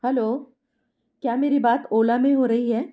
hello क्या मेरी बात ओला में हो रही है